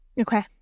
Okay